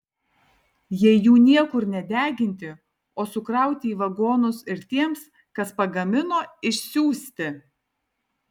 jei jų niekur nedeginti o sukrauti į vagonus ir tiems kas pagamino išsiųsti